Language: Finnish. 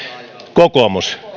kokoomus